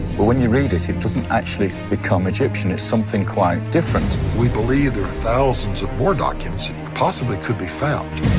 but when you read it, it doesn't actually become egyptian, it's something quite different. we believe there are thousands of more documents that possibly could be found.